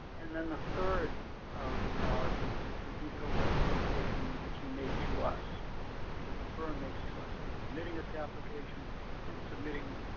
and the third reality is the digital representation that you made to us or that the firm makes to us and submitting its application and submitting